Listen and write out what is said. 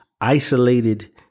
isolated